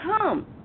Come